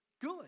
good